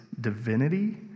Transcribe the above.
divinity